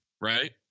right